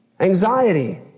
Anxiety